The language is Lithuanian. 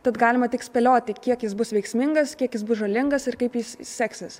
tad galima tik spėlioti kiek jis bus veiksmingas kiek jis bus žalingas ir kaip jis seksis